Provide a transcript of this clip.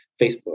facebook